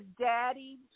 daddy